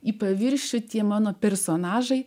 į paviršių tie mano personažai